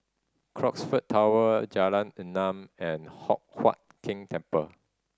Crocksford Tower Jalan Enam and Hock Huat Keng Temple